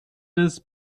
des